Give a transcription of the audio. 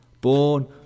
Born